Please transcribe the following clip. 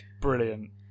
Brilliant